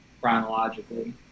chronologically